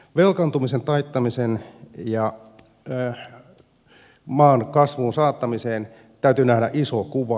velkaantumisen taittamiseen ja maan kasvuun saattamiseen täytyy nähdä iso kuva